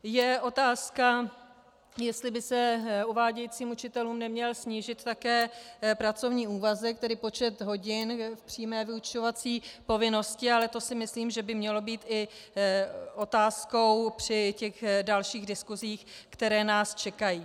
Je otázka, jestli by se uvádějícím učitelům neměl snížit také pracovní úvazek, tedy počet hodin přímé vyučovací povinnosti, ale to si myslím, že by mělo být i otázkou při dalších diskusích, které nás čekají.